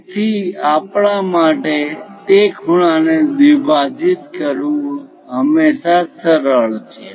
તેથી આપણા માટે તે ખૂણાને દ્વિભાજિત કરવું હંમેશાં સરળ છે